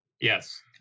Yes